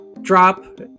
drop